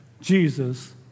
Jesus